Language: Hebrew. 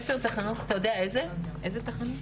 אתה יודע איזה תחנות?